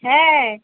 হ্যাঁ